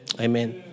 Amen